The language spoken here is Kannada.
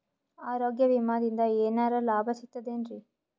ಆರೋಗ್ಯ ವಿಮಾದಿಂದ ಏನರ್ ಲಾಭ ಸಿಗತದೇನ್ರಿ?